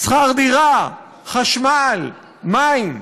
שכר דירה, חשמל, מים.